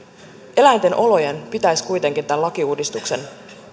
eläinten olojen pitäisi kuitenkin tämän lakiuudistuksen